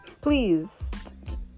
Please